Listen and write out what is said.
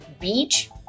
beach